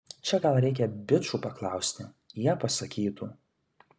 čia gal reikia bičų paklausti jie pasakytų